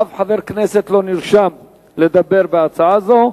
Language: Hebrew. אף חבר כנסת לא נרשם לדבר בהצעה הזאת.